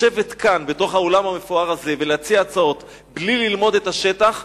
לשבת כאן בתוך האולם המפואר הזה ולהציע הצעות בלי ללמוד את השטח,